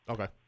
Okay